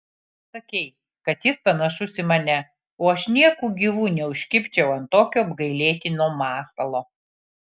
sakei kad jis panašus į mane o aš nieku gyvu neužkibčiau ant tokio apgailėtino masalo